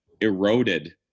eroded